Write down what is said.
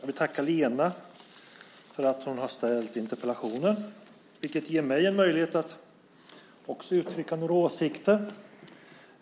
Herr talman! Jag vill tacka Lena för att hon har ställt interpellationen. Det ger mig en möjlighet att också uttrycka några åsikter.